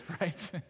right